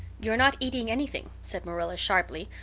you're not eating anything, said marilla sharply,